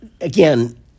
again